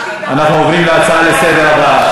אנחנו עוברים להצעה הבאה לסדר-היום.